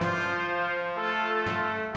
and